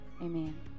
amen